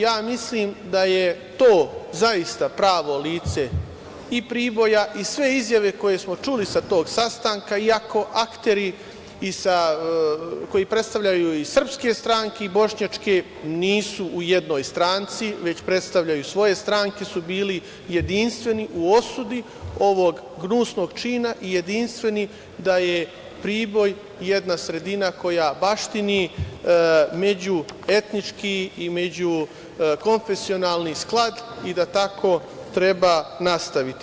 Ja mislim da je to zaista pravo lice i Priboja i sve izjave koje smo čuli sa tog sastanka, iako akteri koji predstavljaju i srpske stranke i bošnjačke, nisu u jednoj stranci, već predstavljaju svoje stranke, su bili jedinstveni u osudi ovog gnusnog čina i jedinstveni da je Priboj jedna sredina koja baštini međuetnički i međukonfesionalni sklad i da tako treba nastaviti.